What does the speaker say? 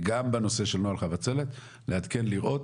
גם בנושא של נוהל חבצלת, לעדכן ולראות